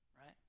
right